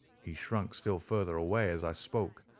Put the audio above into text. he shrunk still further away as i spoke,